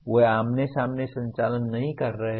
वे आमने सामने संचालन नहीं कर रहे हैं